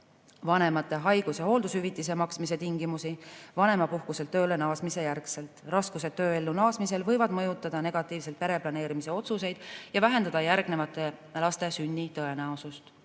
vanemate haigus‑ ja hooldushüvitise maksmise tingimusi vanemapuhkuselt tööle naasmise järel. Raskused tööellu naasmisel võivad mõjutada negatiivselt pereplaneerimise otsuseid ja vähendada järgmiste laste sünni tõenäosust.